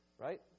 Right